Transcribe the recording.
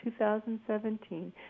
2017